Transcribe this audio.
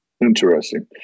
interesting